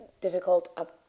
difficult